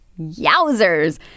Yowzers